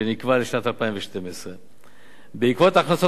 שנקבע לשנת 2012. בעקבות ההכנסות